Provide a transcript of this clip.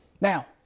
Now